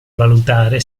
valutare